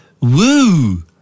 Woo